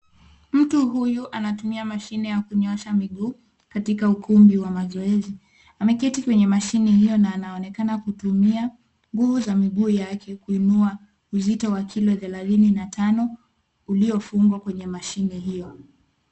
Mtu huyu anatumia mashine ya kunyosha miguu katika ukumbi wa mazoezi. Ameketi kwenye mashine hio na anaonekana kutumia nguvu za miguu yake kuinua uzito wa kilo thelathini na tano uliofungwa kwenye mashine hio.